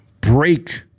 break